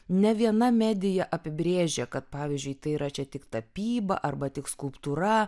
ne viena medija apibrėžia kad pavyzdžiui tai yra čia tik tapyba arba tik skulptūra